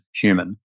human